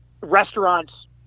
restaurants